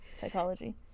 psychology